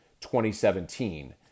2017